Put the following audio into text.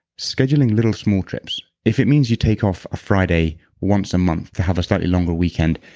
schedule in little small trips. if it means you take off a friday once a month to have a slightly longer weekend,